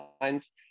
lines